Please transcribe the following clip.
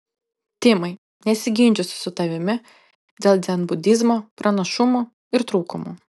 timai nesiginčysiu su tavimi dėl dzenbudizmo pranašumų ir trūkumų